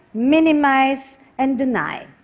minimize and deny,